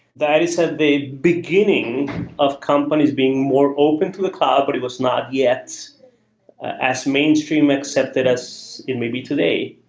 that is a big beginning of companies being more open to the cloud, but it was not yet as mainstream accepted as it may be today.